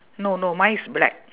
no no mine is black